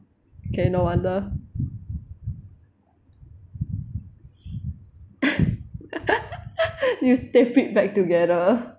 okay no wonder you tape it back together